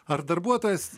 ar darbuotojas